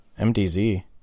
MDZ